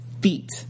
feet